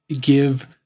give